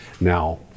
Now